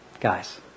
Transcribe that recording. Guys